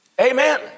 Amen